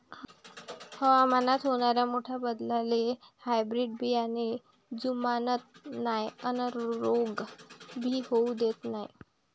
हवामानात होनाऱ्या मोठ्या बदलाले हायब्रीड बियाने जुमानत नाय अन रोग भी होऊ देत नाय